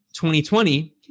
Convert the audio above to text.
2020